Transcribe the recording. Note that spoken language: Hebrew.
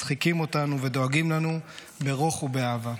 מצחיקים אותנו ודואגים לנו ברוך ובאהבה.